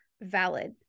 valid